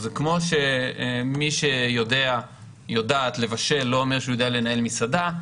כמו שמי שיודע או שיודעת לבשל זה לא אומר שהוא יודע לנהל מסעדה,